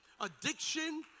addiction